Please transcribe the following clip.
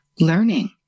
Learning